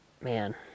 man